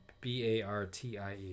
b-a-r-t-i-e